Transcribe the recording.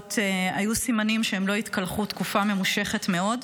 מהגופות היו סימנים שהם לא התקלחו תקופה ממושכת מאוד.